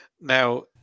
Now